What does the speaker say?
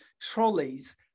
trolleys